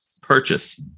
purchase